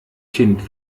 kind